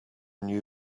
new